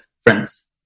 friends